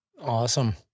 Awesome